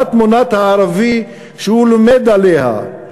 מה תמונת הערבי שהוא לומד עליה?